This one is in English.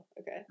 okay